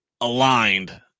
aligned